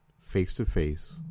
face-to-face